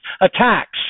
attacks